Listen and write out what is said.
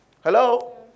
Hello